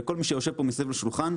וכל מי שיושב פה מסביב לשולחן,